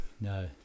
no